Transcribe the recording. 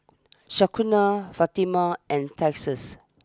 Shaquana Fatima and Texas